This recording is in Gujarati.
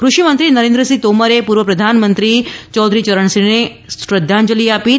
કૃષિમંત્રી નરેન્દ્રસિંહ તોમરે પૂર્વ પ્રધાનમંત્રી ચૌધરી ચરણ સિંહને શ્રદ્ધાંજલી આપી છે